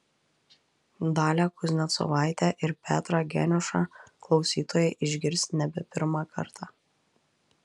dalią kuznecovaitę ir petrą geniušą klausytojai išgirs nebe pirmą kartą